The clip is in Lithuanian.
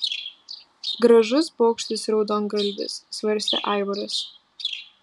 gražus paukštis raudongalvis svarstė aivaras